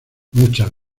muchas